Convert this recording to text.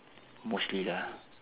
mostly lah